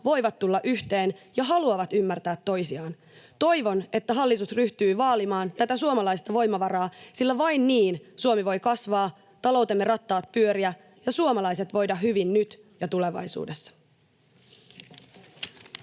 voivat tulla yhteen ja haluavat ymmärtää tosiaan. Toivon, että hallitus ryhtyy vaalimaan tätä suomalaista voimavaraa, sillä vain niin Suomi voi kasvaa, taloutemme rattaat pyöriä ja suomalaiset voida hyvin nyt ja tulevaisuudessa.